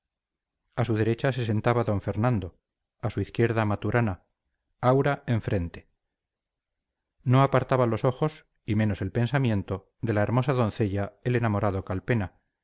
a su derecha se sentaba don fernando a su izquierda maturana aura enfrente no apartaba los ojos y menos el pensamiento de la hermosa doncella el enamorado calpena